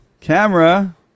Camera